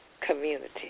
community